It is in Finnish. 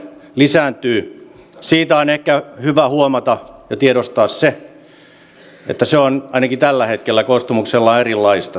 siitä on ehkä hyvä huomata ja tiedostaa se että se on ainakin tällä hetkellä koostumukseltaan erilaista